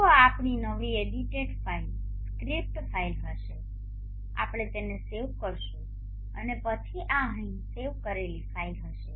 તો આ આપણી નવી એડિટેડ ફાઇલ સ્ક્રિપ્ટ ફાઇલ હશે આપણે તેને સેવ કરીશું અને પછી આ અહીં સેવ કરેલી ફાઇલ હશે